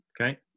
Okay